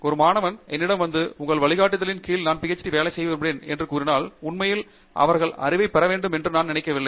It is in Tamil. ஒரு மாணவன் என்னிடம் வந்து உங்கள் வழிகாட்டுதலின் கீழ் நான் PhD வேலை செய்ய விரும்புகிறேன் என்று கூறினால்உண்மையில் அவர்கள் அறிவைப் பெற வேண்டுமென்று நான் நினைக்கவில்லை